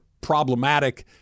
problematic